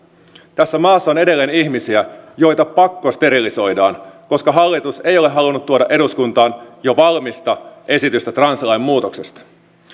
tässä maassa on edelleen ihmisiä joita pakkosterilisoidaan koska hallitus ei ole halunnut tuoda eduskuntaan jo valmista esitystä translain muutoksesta